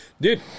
Dude